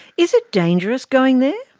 is it dangerous going there?